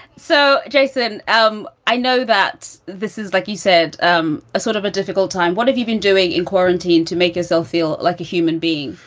so, jason, um i know that this is, like he said, um a sort of a difficult time. what have you been doing in quarantine to make yourself feel like a human being?